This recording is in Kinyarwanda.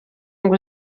ngo